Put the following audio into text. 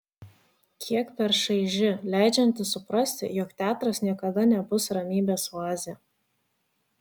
kiek per šaiži leidžianti suprasti jog teatras niekada nebus ramybės oazė